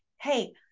hey